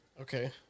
Okay